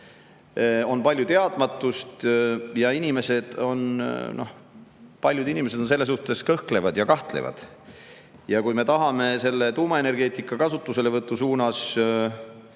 On palju teadmatust ja paljud inimesed on selle suhtes kõhklevad ja kahtlevad. Kui me tahame tuumaenergeetika kasutuselevõtu suunas